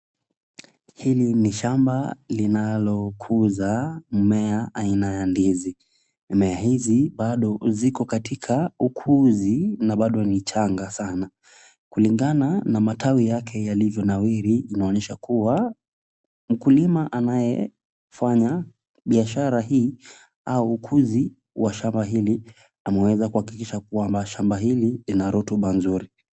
Hili ni shamba linalokuza mmea aina ya ndizi. Mimea hizi bado ziko katika ukuzi na bado ni changa sana kulingana na matawi yake yalivyonawiri inaonyesha kuwa, mkulima anayefanya biashara hii au ukuzi wa shamba hili ameweza kuhakikisha kwamba shamba hili lina rutuba mzuri.